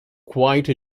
quite